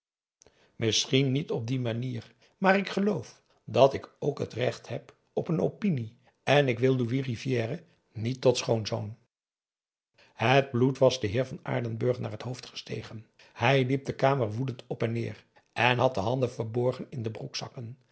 misschien niet op die manier maar ik geloof dat ik ook het recht heb op een opinie en ik wil louis rivière niet tot schoonzoon het bloed was den heer van aardenburg naar het hoofd gestegen hij liep de kamer woedend op en neer en had de handen verborgen in de